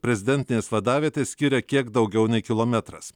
prezidentinės vadavietės skiria kiek daugiau nei kilometras